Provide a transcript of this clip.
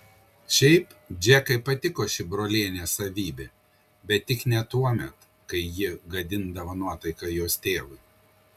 šiaip džekai patiko ši brolienės savybė bet tik ne tuomet kai ji gadindavo nuotaiką jos tėvui